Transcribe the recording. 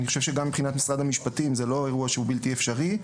אני חושב שגם מבחינת משרד המשפטים זה לא אירוע שהוא בלתי אפשרי.